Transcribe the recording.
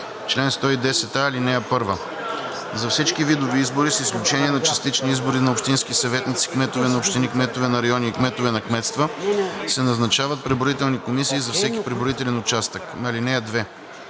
Чл. 110а. (1) За всички видове избори, с изключение на частични избори на общински съветници, кметове на общини, кметове на райони и кметове на кметства, се назначават преброителни комисии за всеки преброителен участък. (2)